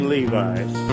Levi's